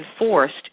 enforced